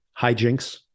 hijinks